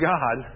God